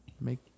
make